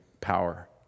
power